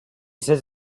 says